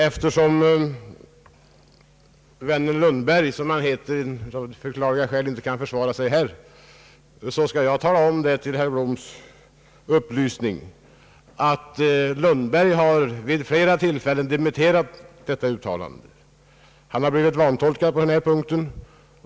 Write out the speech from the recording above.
Eftersom denne fackföreningsordförande inte här iriksdagen kan försvara sig själv så skall jag upplysa herr Blom att Lundberg — som denne fackföreningsordförande heter — vid flera tillfällen dementerat detta uttalande. Han har blivit vantolkad på den här punkten.